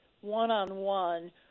one-on-one